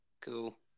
Cool